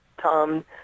Tom